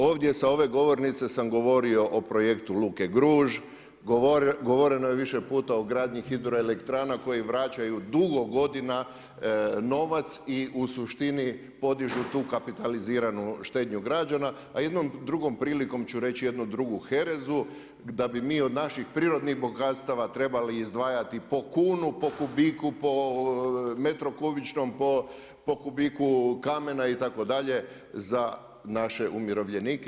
Ovdje sa ove govornice sam govorio o projektu luke Gruž, govoreno je više puta o gradnji hidroelektrana koji vraćaju dugo godina novac i u suštini podižu tu kapitaliziranu štednju građana, a jednom drugom prilikom ću reći jednu drugu herezu, da bi mi od naših prirodnih bogatstava trebali izdvajati po kunu, po kubiku, po metru kubičnom, po kubiku kamena itd. za naše umirovljenike.